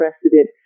precedent